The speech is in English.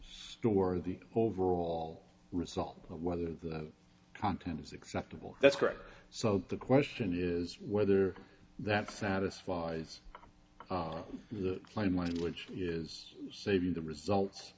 store the overall result of whether the content is acceptable that's correct so the question is whether that satisfies the plain language is saving the results